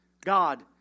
God